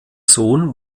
sohn